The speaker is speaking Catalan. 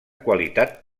qualitat